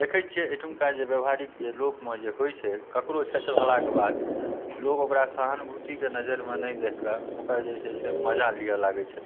देखैत छियै एहठुमका जे व्यावहारिक जे लोकमे जे होइत छै केकरो क्षति भेलाके बाद लोग ओकरा सहानुभूतिके नजरमे नहि देखिके ओकर जे छै से मजा लिअ लागैत छथिन